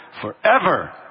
forever